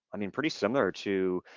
i mean, pretty similar to